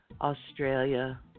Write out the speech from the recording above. Australia